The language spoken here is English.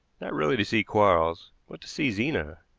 not really to see quarles, but to see zena.